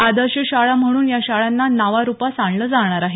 आदर्श शाळा म्हणून या शाळांना नावारुपास आणलं जाणार आहे